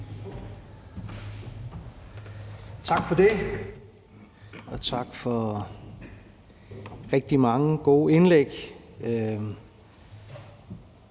Tak for det, og tak for rigtig mange gode indlæg.